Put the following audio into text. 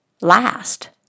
last